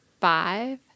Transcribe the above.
five